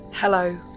Hello